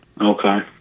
Okay